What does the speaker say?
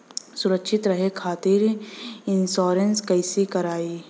सुरक्षित रहे खातीर इन्शुरन्स कईसे करायी?